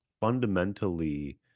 fundamentally